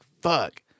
fuck